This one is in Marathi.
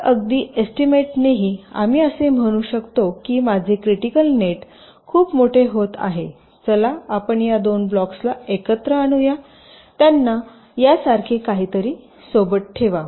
तर अगदी एस्टीमेटनेही आम्ही असे म्हणू शकतो की माझे क्रिटिकल नेट खूप मोठे होत आहे चला आपण या 2 ब्लॉक्सना एकत्र आणूया त्यांना यासारखे काहीतरी सोबत ठेवा